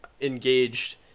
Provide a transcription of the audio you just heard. engaged